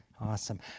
Awesome